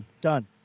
Done